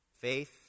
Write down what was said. Faith